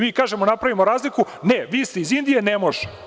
Mi kažemo, napravimo razliku – ne, vi ste iz Indije, ne može.